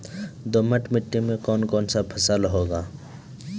दोमट मिट्टी मे कौन कौन फसल होगा?